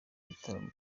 gitaramo